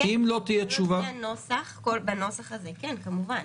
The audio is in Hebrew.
בנוסח הזה כן, כמובן.